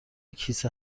کیسه